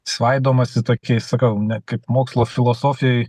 svaidomasi tokiais gal ne kaip mokslo filosofijoj